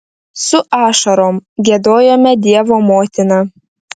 su ašarom giedojome dievo motiną